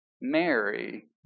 Mary